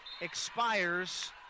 expires